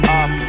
up